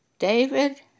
David